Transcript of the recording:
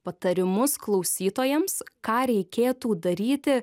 patarimus klausytojams ką reikėtų daryti